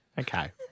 Okay